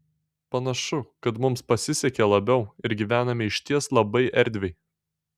panašu kad mums pasisekė labiau ir gyvename išties labai erdviai